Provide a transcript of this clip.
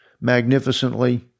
magnificently